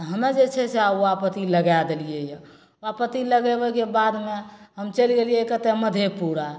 हमे जे छै से आओर ओ आपत्ति लगै देलिए यऽ आपत्ति लगाबैके बादमे हम चलि गेलिए कतए मधेपुरा